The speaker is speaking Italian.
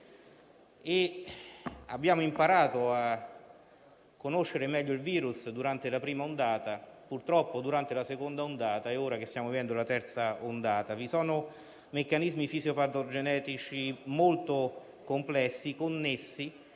abbiamo imparato a conoscere meglio il virus durante la prima ondata, purtroppo durante la seconda e ora che stiamo vivendo la terza. Vi sono meccanismi fisiopatogenetici molto complessi, connessi